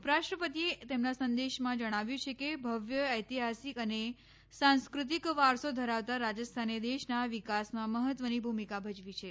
ઉપરાષ્ટ્રપતિએ તેમના સંદેશમાં જણાવ્યું છે કે ભવ્ય ઐતિહાસિક અને સાંસ્કૃતિક વારસો ધરાવતા રાજસ્થાને દેશના વિકાસમાં મહત્વની ભૂમિકા ભજવી છે